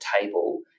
table